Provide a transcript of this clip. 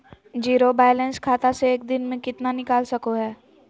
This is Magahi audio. जीरो बायलैंस खाता से एक दिन में कितना निकाल सको है?